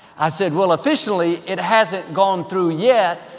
i said, well, officially it hasn't gone through yet,